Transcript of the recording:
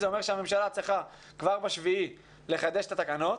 זה אומר שהממשלה צריכה כבר ב-7 באוקטובר לחדש את התקנות,